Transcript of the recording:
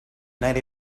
night